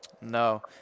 No